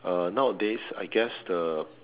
uh nowadays I guess the